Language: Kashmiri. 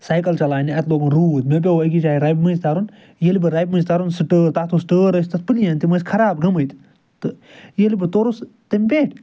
سایکَل چلاونہِ اَتہِ لوگُن روٗد مےٚ پیٛو أکِس جایہِ رَبہِ مٔنٛزۍ تَرُن ییٚلہِ بہٕ رَبہِ منٛزۍ ترُن سُہ ٹٲر تتھ اوس ٹٲر ٲسۍ تَتھ پٕلین تِم ٲسۍ خراب گٔمٕتۍ تہٕ ییٚلہِ بہٕ تورُس تَمہِ پٮ۪ٹھۍ